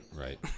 Right